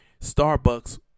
Starbucks